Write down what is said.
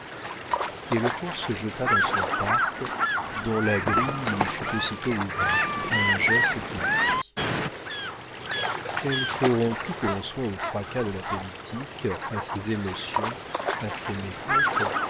et le comte se jeta dans son parc dont la grille lui fut aussitôt ouverte à un geste qu'il fit quelque rompu que l'on soit au fracas de la politique à ses émotions à ses